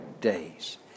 days